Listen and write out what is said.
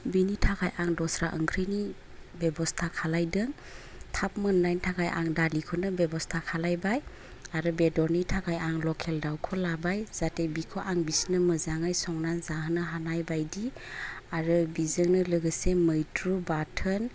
बेनि थाखाय आं दस्रा ओंख्रिनि बेब'स्था खालायदों थाब मोन्नायनि थाखाय आं दालिखौनो बेब'स्था खालायबाय आरो बेदरनि थाखाय आं लकेल दाउखौ लाबाय जाहाथे बेखौ आं बिसिनो मोजाङै संनानै जाहोनो हानायबादि आरो बेजोंनो लोगोसे मैद्रु बाथोन